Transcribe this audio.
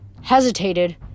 hesitated